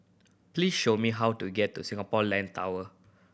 please show me how to get to Singapore Land Tower